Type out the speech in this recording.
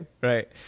Right